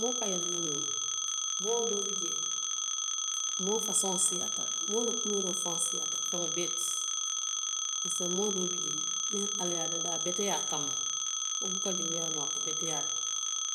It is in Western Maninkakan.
Moo ka yelema noo le. Moo doo bii jee, moo fasoŋ siyaata le, moo la kuluuroo faŋo siiyaata beŋo bee ti. Parisek moolu doo bii jee niŋ ala ye a daa beteyaa kaama, wo buka jooyaa noo a beteyaa le,